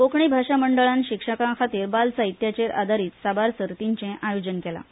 कोंकणी भाशा मंडळान शिक्षकां खातीर बाल साहित्याचेर आदारीत साबार सर्तीचें आयोजन केलां